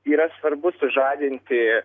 yra svarbu sužadinti